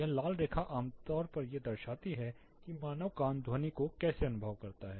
यह लाल रेखा आम तौर पर यह दर्शाती है कि मानव कान ध्वनि को कैसे अनुभव करता है